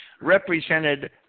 represented